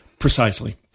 Precisely